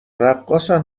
رقاصن